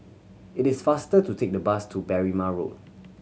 it is faster to take the bus to Berrima Road